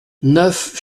neuf